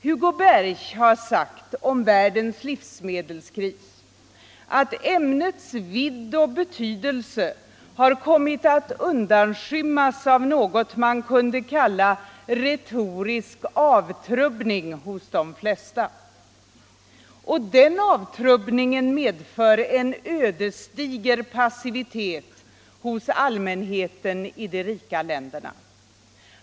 Hugo Berch har sagt om världens livsmedelskris att ämnets vidd och betydelse har kommit att undanskymmas av något man kunde kalla retorisk avtrubbning hos de flesta, och den avtrubbningen medför en ödesdiger passivitet hos allmänheten i de rika länderna.